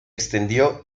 extendió